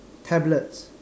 tablets